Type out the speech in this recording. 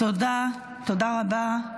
תודה רבה.